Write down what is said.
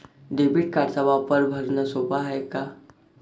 Debit कार्डचा वापर भरनं सोप हाय का?